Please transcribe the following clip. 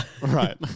Right